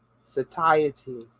satiety